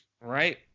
Right